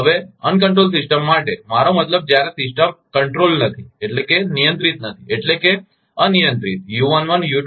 હવે અનિયંત્રિત સિસ્ટમ માટે મારો મતલબ જ્યારે સિસ્ટમ નિયંત્રિત નથી એટલે કે અનિયંત્રિત u11 u22